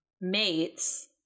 mates